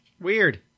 Weird